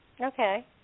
Okay